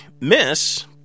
miss